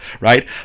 right